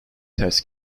ters